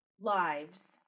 lives